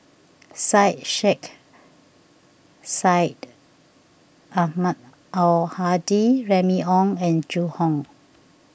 Syed Sheikh Syed Ahmad Al Hadi Remy Ong and Zhu Hong